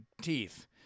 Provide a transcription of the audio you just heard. teeth